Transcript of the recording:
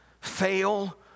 fail